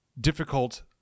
difficult